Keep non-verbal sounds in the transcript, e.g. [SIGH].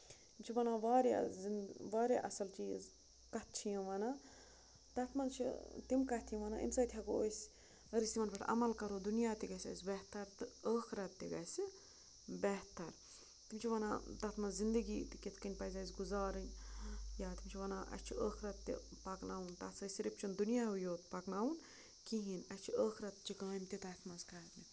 تِم چھِ وَنان وارِیاہ [UNINTELLIGIBLE] واریاہ اَصٕل چیٖز کَتھٕ چھِ یِم وَنان تَتھ منٛز چھِ تِم کَتھٕ یہِ وَنان اَمہِ سۭتۍ ہٮ۪کو أسۍ اگر أسۍ یِمَن پٮ۪ٹھ عمَل کَرو دُنیا تہِ گَژھِ اَسہِ بہتر تہٕ ٲخرَت تہِ گَژھِ بہتر تِم چھِ وَنان تَتھ منٛز زِندگی تہِ کِتھ کٔنۍ پَزِ اَسہِ گُزارٕنۍ یا تِم چھِ وَنان اَسہِ چھُ ٲخرَت تہِ پَکناوُن تَتھ سۭتۍ صرف چھُنہٕ دُنیاہُے یوت پَکناوُن کِہیٖنۍ اَسہِ چھِ ٲخرَت چہِ کامہِ تہِ تَتھ منٛز کَرنہِ